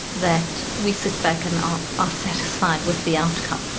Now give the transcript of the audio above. that we sit back and are ah satisfied with the outcome.